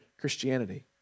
Christianity